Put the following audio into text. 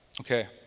okay